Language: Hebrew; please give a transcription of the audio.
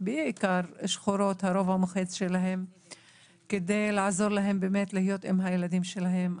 שהן בעיקר שחורות יוכלו להיות עם הילדים שלהן.